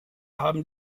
haben